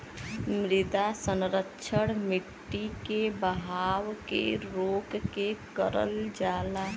मृदा संरक्षण मट्टी के बहाव के रोक के करल जाला